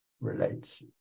relates